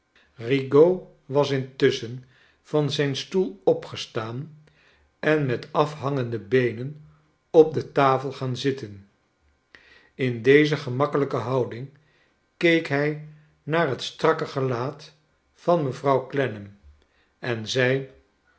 rigaud was intusschen van zijn stoel opgestaan en met afhangende beenen op de tafel gaan zitten in deze gemakkelijke houding keek hij naar het strakke gelaat van mevrouw clennam en zei